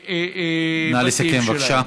נא לסיים, בבקשה.